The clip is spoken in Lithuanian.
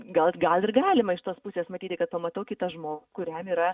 gal gal ir galima iš tos pusės matyti kad pamatau kitą žmogų kuriam yra